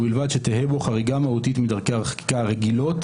ובלבד שתהא בו חריגה מהותית מדרכי החקיקה הרגילות,